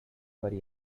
worry